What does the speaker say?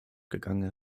gegangen